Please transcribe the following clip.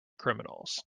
criminals